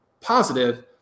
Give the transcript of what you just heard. positive